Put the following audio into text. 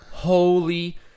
Holy